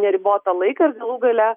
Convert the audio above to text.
neribotą laiką ir galų gale